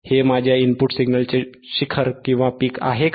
हे माझ्या इनपुट सिग्नलचे शिखर पीक आहे का